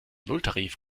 nulltarif